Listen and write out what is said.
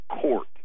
court